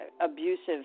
abusive